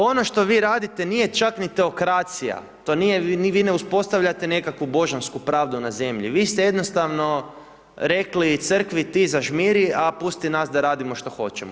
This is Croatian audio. Ono što vi radite nije čak ni teokracija, to nije, vi ne uspostavljate nekakvu božansku pravdu na zemlji, vi ste jednostavno rekli crkvi ti zažmiri, a pusti nas da radimo što hoćemo.